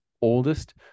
oldest